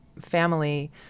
family